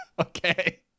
Okay